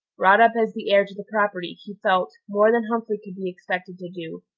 brought up as the heir to the property, he felt, more than humphrey could be expected to do,